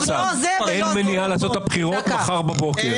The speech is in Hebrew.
אין מניעה לעשות את הבחירות מחר בבוקר.